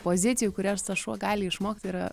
pozicijų kurias tas šuo gali išmokti yra